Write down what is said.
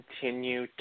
continue